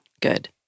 Good